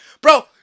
Bro